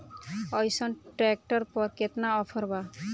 अइसन ट्रैक्टर पर केतना ऑफर बा?